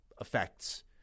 effects